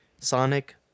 Sonic